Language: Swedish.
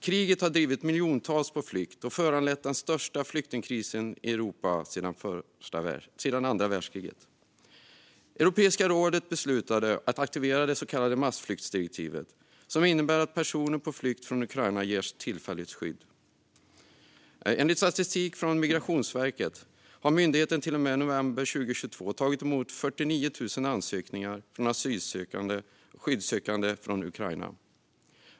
Kriget har drivit miljontals på flykt och föranlett den största flyktingkrisen i Europa sedan andra världskriget. Europeiska rådet beslutade att aktivera det så kallade massflyktsdirektivet, som innebär att personer på flykt från Ukraina ges tillfälligt skydd. Enligt statistik från Migrationsverket har myndigheten till och med november 2022 tagit emot 49 000 ansökningar från skyddssökande från Ukraina.